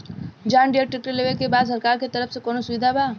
John Deere tractor लेवे के बा सरकार के तरफ से कौनो सुविधा बा?